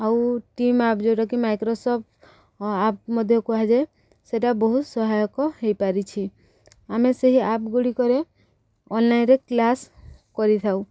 ଆଉ team app ଯେଉଁଟାକି Microsoft app ମଧ୍ୟ କୁହାଯାଏ ସେଟା ବହୁତ ସହାୟକ ହେଇପାରିଛି ଆମେ ସେହି ଆପ୍ ଗୁଡ଼ିକରେ ଅନଲାଇନ୍ରେ କ୍ଲାସ୍ କରିଥାଉ